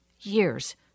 years